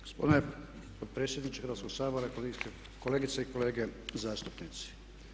Gospodine potpredsjedniče Hrvatskog sabora, kolegice i kolege zastupnici.